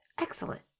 Excellent